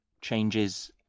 changes